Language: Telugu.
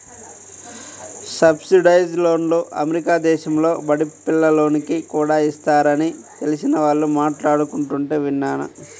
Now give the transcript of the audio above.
సబ్సిడైజ్డ్ లోన్లు అమెరికా దేశంలో బడి పిల్లోనికి కూడా ఇస్తారని తెలిసిన వాళ్ళు మాట్లాడుకుంటుంటే విన్నాను